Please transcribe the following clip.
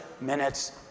minutes